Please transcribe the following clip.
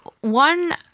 one